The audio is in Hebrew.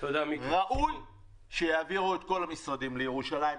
ראוי שיעבירו את כל המשרדים לירושלים.